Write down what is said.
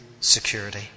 security